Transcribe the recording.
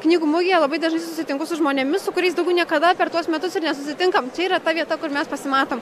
knygų mugėje labai dažnai susitinku su žmonėmis su kuriais daugiau niekada per tuos metus nesusitinkam čia yra ta vieta kur mes pasimatom